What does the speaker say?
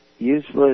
Useless